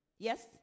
Yes